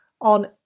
on